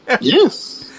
Yes